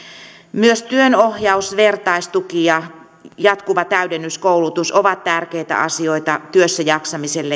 myös työnohjaus vertaistuki ja jatkuva täydennyskoulutus ovat tärkeitä asioita työssäjaksamisessa